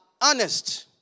honest